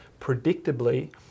predictably